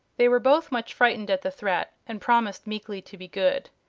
they were both much frightened at the threat, and promised meekly to be good.